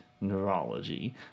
neurology